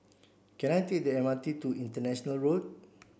can I take the M R T to International Road